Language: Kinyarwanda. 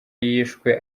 yishwe